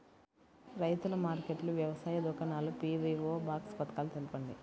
రైతుల మార్కెట్లు, వ్యవసాయ దుకాణాలు, పీ.వీ.ఓ బాక్స్ పథకాలు తెలుపండి?